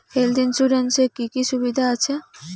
Health insurance এ কি কি সুবিধা আছে?